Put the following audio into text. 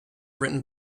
written